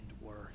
worth